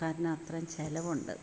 കാരണം അത്ര ചിലവുണ്ട്